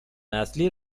نسلی